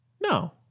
No